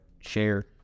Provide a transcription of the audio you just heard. share